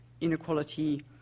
inequality